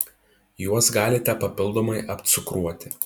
juos galite papildomai apcukruoti